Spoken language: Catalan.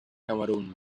camerun